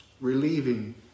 relieving